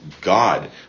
God